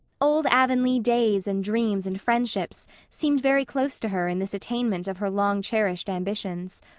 old avonlea days and dreams and friendships seemed very close to her in this attainment of her long-cherished ambitions.